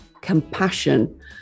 compassion